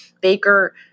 Baker